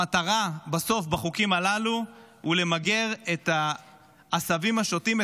המטרה בסוף בחוקים הללו היא למגר את העשבים השוטים,